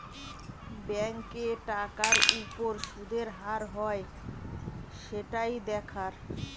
ব্যাংকে টাকার উপর শুদের হার হয় সেটাই দেখার